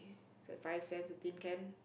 is like five cents of tin can